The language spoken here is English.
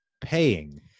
paying